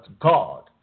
God